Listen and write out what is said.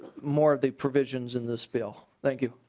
more of the provisions in this bill. thank you.